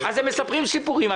אז הם מספרים סיפורים.